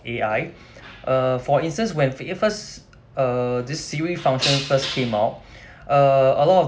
A_I uh for instance when i~ first uh this Siri function first came out a lot of